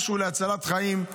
משהו להצלת חיים.